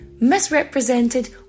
misrepresented